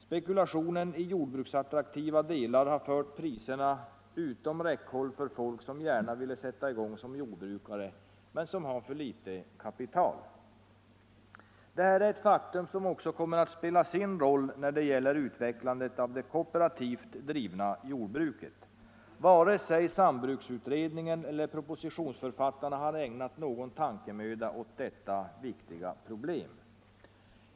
Spekulationen i jordbruksattraktiva delar har fört priser utom räckhåll för folk som gärna ville sätta i gång som jordbrukare men har för litet kapital. Det här är ett faktum som också kommer att spela sin roll när det gäller utvecklandet av det kooperativt drivna jordbruket. Varken sambruksutredningen eller propositionsförfattarna har ägnat någon tankemöda åt detta viktiga problem.